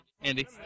Andy